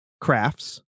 crafts